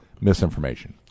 misinformation